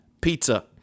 pizza